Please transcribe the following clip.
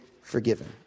forgiven